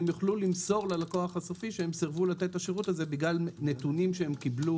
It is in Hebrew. יוכלו למסור לו שהם סירבו לתת לו את השירות הזה בגלל נתונים שהם קיבלו